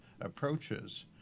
approaches